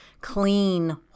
clean